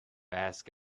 ask